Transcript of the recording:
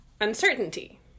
uncertainty